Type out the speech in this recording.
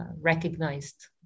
recognized